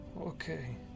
Okay